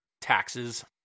taxes